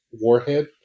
warhead